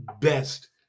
best